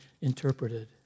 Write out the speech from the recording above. interpreted